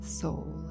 soul